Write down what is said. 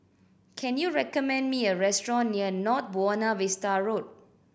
can you recommend me a restaurant near North Buona Vista Road